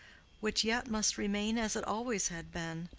which yet must remain as it always had been,